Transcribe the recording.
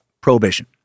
prohibition